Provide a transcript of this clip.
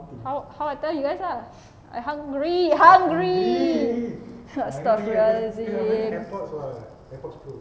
how how I tell you guys lah I hungry hungry astaghfirullahalazim